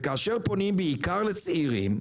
כאשר פונים בעיקר לצעירים,